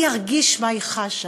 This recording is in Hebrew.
ואני ארגיש מה היא חשה.